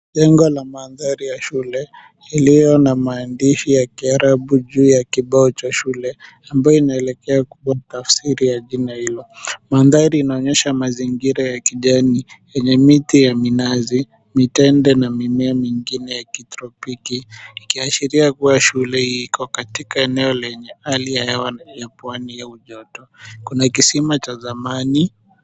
Jengo la mandhari ya shule iliyo na maandishi ya kiarabu juu ya kibao cha shule, ambayo inaelekea kubwa tafsiri ya jina hilo. Mandhari inaonyesha mazingira ya kijani yenye miti ya minazi, mitende na mimea mingine ya kitropiki. Ikiashiria kuwa shule hii iko katika eneo lenye hali ya hewa ya pwani au joto. Kuna kisima cha zamani.